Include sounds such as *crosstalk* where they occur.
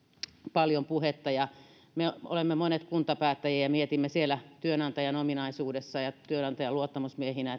paljon puhetta ja me olemme monet kuntapäättäjiä ja mietimme siellä työnantajan ominaisuudessa ja työnantajan luottamusmiehinä *unintelligible*